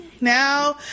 now